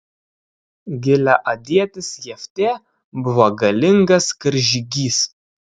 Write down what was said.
gileadietis jeftė buvo galingas karžygys